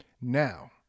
Now